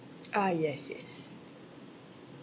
ah yes yes